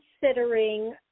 considering